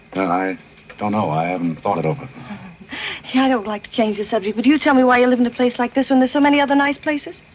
i don't know. i haven't thought it over here i don't like to change the subject, but you tell me why you live in a place like this when there's so many other nice places